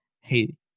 hey